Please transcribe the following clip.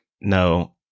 no